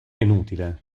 inutile